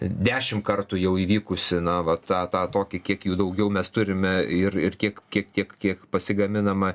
dešimt kartų jau įvykusi na vat tą tą tokį kiek jų daugiau mes turime ir ir kiek kiek kiek kiek pasigaminama